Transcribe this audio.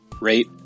rate